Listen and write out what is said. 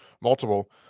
multiple